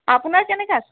আপোনাৰ কেনেকুৱা আছে